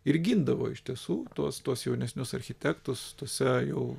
ir gindavo iš tiesų tuos tuos jaunesnius architektus tose jau